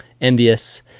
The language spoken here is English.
Envious